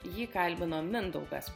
jį kalbino mindaugas